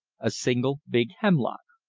a single big hemlock.